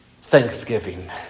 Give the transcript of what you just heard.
thanksgiving